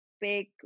big